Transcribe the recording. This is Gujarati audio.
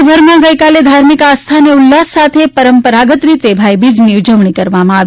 રાજ્યભરમાં ગઇકાલે ધાર્મિક આસ્થા અને ઉલ્લાસ સાથે પરંપરાગત રીતે ભાઈબીજની ઉજવણી કરવામાં આવી